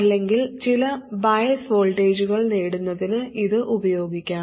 അല്ലെങ്കിൽ ചില ബയാസ് വോൾട്ടേജുകൾ നേടുന്നതിന് ഇത് ഉപയോഗിക്കാം